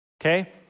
Okay